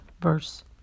verse